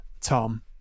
Tom